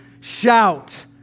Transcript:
shout